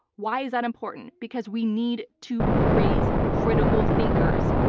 why is that important? because we need to raise critical thinkers.